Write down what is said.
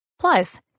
Plus